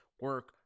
Work